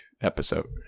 episode